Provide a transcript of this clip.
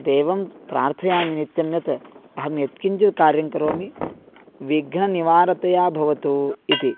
देवं प्रार्थयामि नित्यं यत् अहं यत्किञ्चित् कार्यङ्करोमि विघ्ननिवारतया भवतु इति